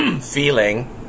feeling